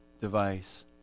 device